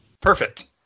Perfect